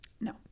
No